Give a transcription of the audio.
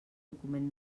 document